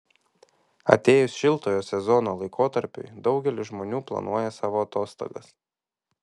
atėjus šiltojo sezono laikotarpiui daugelis žmonių planuoja savo atostogas